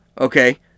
Okay